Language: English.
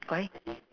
why